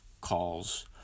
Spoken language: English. calls